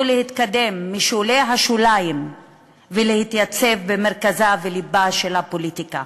להתקדם משולי השוליים ולהתייצב במרכזה ולבה של הפוליטיקה,